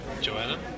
Joanna